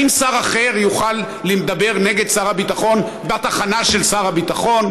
האם שר אחר יוכל לדבר נגד שר הביטחון בתחנה של שר הביטחון?